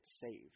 saved